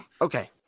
Okay